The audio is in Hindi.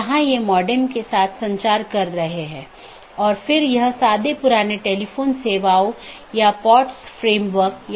इसलिए जब एक बार BGP राउटर को यह अपडेट मिल जाता है तो यह मूल रूप से सहकर्मी पर भेजने से पहले पथ विशेषताओं को अपडेट करता है